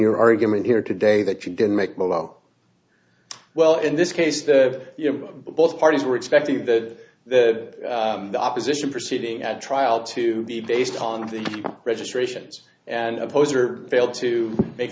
your argument here today that you can make mo well in this case both parties were expecting that the opposition proceeding at trial to be based on the registrations and opposer failed to make